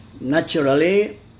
Naturally